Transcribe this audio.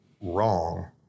wrong